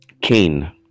Cain